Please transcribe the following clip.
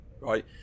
right